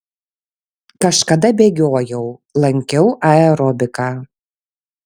kažkada bėgiojau lankiau aerobiką